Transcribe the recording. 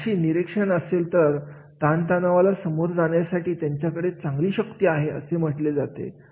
जर अशी निरीक्षण असेल तर ताण तणावाला सामोरे जाण्याची त्यांच्याकडे चांगली शक्ती आहे असे समजले जाते